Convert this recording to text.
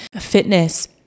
Fitness